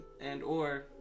and/or